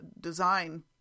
design